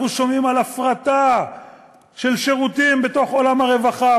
אנחנו שומעים על הפרטה של שירותים בתוך עולם הרווחה,